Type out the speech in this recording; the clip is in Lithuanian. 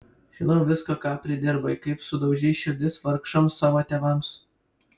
žinau viską ką pridirbai kaip sudaužei širdis vargšams savo tėvams